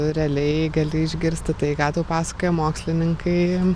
realiai gali išgirsti tai ką tau pasakojo mokslininkai